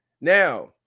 Now